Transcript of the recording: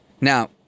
Now